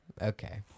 Okay